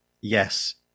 yes